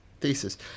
thesis